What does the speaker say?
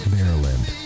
Maryland